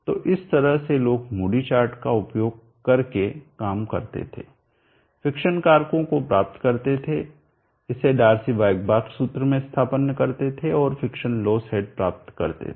तो इस तरह से लोग मूडी चार्ट का उपयोग करके काम करते थे फिक्शन कारकों को प्राप्त करते थे इसे डार्सी वायकबार्र्क सूत्र में स्थानापन्न करते थे और फिक्शन लॉस हेड प्राप्त करते थे